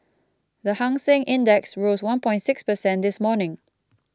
the Hang Seng Index rose one point six percent this morning